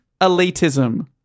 elitism